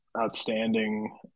outstanding